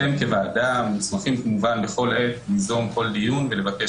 אתם כוועדה מוסמכים כמובן בכל עת ליזום כל דיון ולבקש